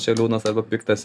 čia liūdna sakau piktas